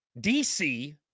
DC